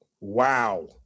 Wow